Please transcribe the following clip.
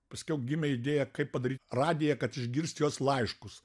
paskiau gimė idėja kaip padaryt radiją kad išgirsti jos laiškus